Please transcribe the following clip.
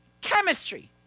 Chemistry